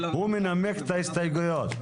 הוא מנמק את ההסתייגויות.